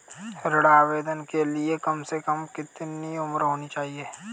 ऋण आवेदन के लिए कम से कम कितनी उम्र होनी चाहिए?